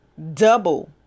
double